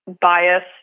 bias